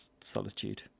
solitude